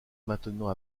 maintenant